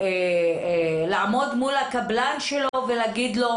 לעמוד מול הקבלן שלו ולהגיד לו: